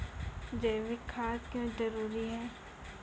जैविक खाद क्यो जरूरी हैं?